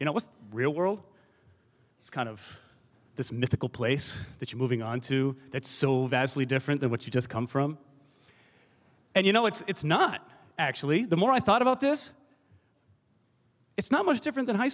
you know what the real world is kind of this mythical place that you moving on to that so vastly different than what you just come from and you know it's not actually the more i thought about this it's not much different than high